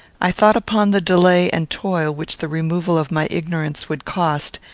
i thought upon the delay and toil which the removal of my ignorance would cost,